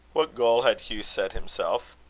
what goal had hugh set himself?